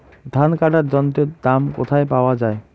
ধান কাটার যন্ত্রের দাম কোথায় পাওয়া যায়?